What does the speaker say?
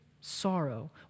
sorrow